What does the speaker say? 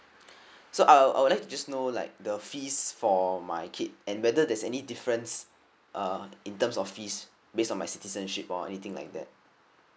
so I'll I'll like to just know like the fees for my kid and whether there's any difference uh in terms of fees based on my citizenship or anything like that